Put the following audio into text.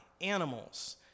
animals